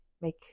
make